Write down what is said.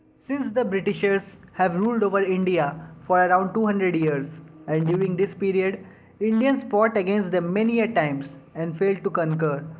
since the britishers have ruled over india for around two hundred years and during this period indians fought against them many a times and failed to conquer.